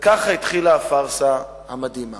וכך התחילה הפארסה המדהימה